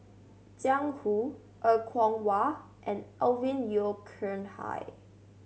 Jiang Hu Er Kwong Wah and Alvin Yeo Khirn Hai